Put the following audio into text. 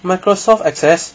microsoft access